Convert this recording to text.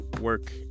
work